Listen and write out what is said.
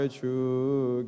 true